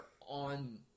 on